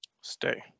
Stay